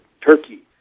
Turkey